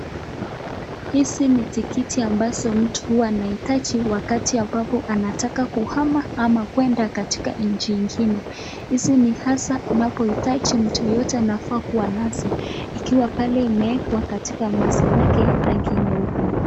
Hizi ni tikiti ambazo mtu anahitaji wakati ambapo anataka kuhama ama kwenda katika nchi ingine, hizi ni hasaa anapohitaji mtu yeyote anafaa kuwa nazo ikiwa pale imewekwa katika meza yake rangi nyeupe.